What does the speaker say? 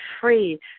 free